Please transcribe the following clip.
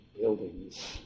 buildings